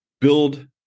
build